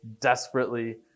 desperately